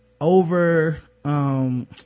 over